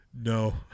No